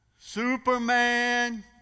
Superman